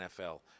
NFL